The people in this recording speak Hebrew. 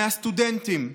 מהסטודנטים.